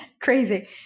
crazy